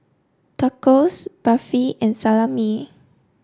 Tacos Barfi and Salami